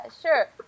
sure